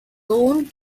alone